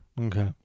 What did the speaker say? Okay